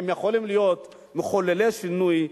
הם יכולים להיות מחוללי שינוי,